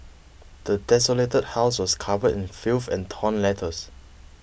the desolated house was covered in filth and torn letters